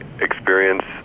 experience